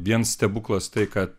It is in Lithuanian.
vien stebuklas tai kad